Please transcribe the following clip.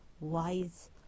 wise